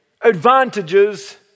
advantages